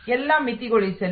ಎಲ್ಲಾ ಮಿತಿಗೊಳಿಸಲು